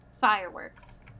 Fireworks